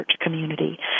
community